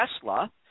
tesla